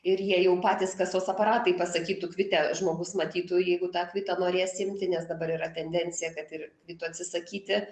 ir jie jau patys kasos aparatai pasakytų kvite žmogus matytų jeigu tą kvitą norės imti nes dabar yra tendencija kad ir kvitų atsisakyti